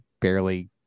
barely